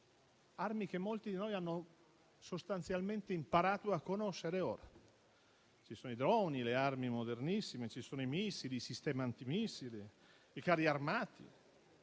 armi che molti di noi hanno sostanzialmente imparato a conoscere ora. Ci sono i droni, le armi modernissime, i missili e i sistemi antimissili, i carri armati.